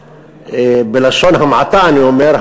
בלשון המעטה אני אומר,